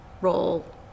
role